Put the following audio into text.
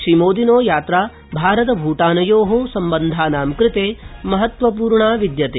श्रीमोदिनो यात्रा भारत भूटानयो सम्बन्धानां कृते महत्त्वपूर्णा विद्यते